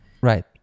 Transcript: right